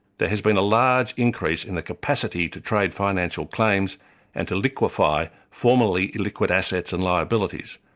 there has been a large increase in the capacity to trade financial claims and to liquefy formerly liquid assets and liabilities.